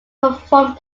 performed